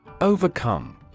Overcome